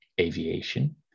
aviation